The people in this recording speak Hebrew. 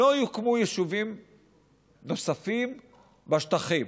לא יוקמו יישובים נוספים בשטחים